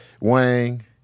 Wang